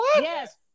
Yes